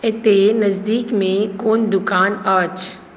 एतहि नजदीकमे कोन दोकान अछि